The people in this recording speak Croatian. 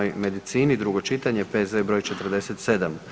medicini, drugo čitanje, P.Z. br. 47.